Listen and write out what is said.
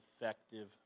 effective